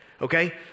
okay